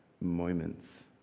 moments